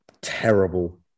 terrible